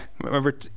remember